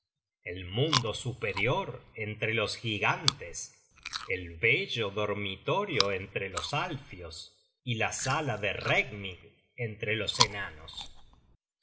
el mundo superior entre los gigantes el bello dormitorio entre los alfios y la sala de regnig entre los enanos